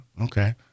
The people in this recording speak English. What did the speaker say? okay